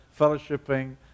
fellowshipping